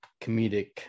comedic